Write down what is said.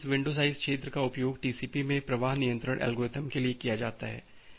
तो इस window size क्षेत्र का उपयोग टीसीपी में प्रवाह नियंत्रण एल्गोरिदम के लिए किया जाता है